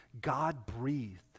God-breathed